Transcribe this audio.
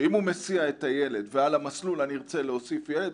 שאם הוא מסיע את הילד ועל המסלול אני ארצה להוסיף ילד,